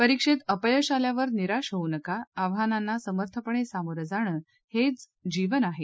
परिक्षेत अपयश आल्यावर निराश होऊ नका आव्हांनाना समर्थपणे सामोरं जाणं हेच जीवन आहे